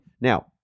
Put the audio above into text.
Now